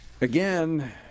Again